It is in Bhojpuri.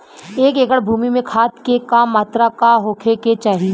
एक एकड़ भूमि में खाद के का मात्रा का होखे के चाही?